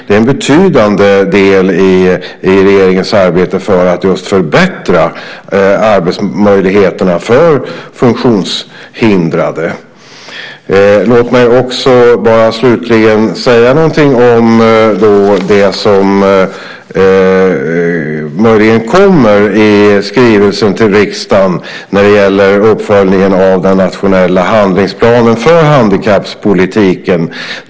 Det är en betydande del i regeringens arbete för att just förbättra arbetsmöjligheterna för funktionshindrade. Låt mig slutligen säga någonting om det som möjligen kommer i skrivelsen till riksdagen om uppföljningen av den nationella handlingsplanen för handikappolitiken.